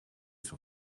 sur